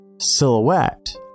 silhouette